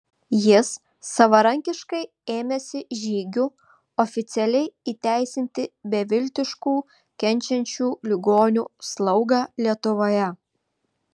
jis savarankiškai ėmėsi žygių oficialiai įteisinti beviltiškų kenčiančių ligonių slaugą lietuvoje